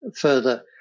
further